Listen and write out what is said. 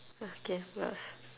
okay yours